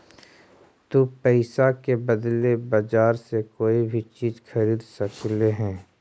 तु पईसा के बदले बजार से कोई भी चीज खरीद सकले हें